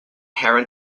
heron